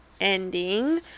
ending